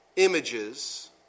Images